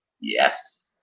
yes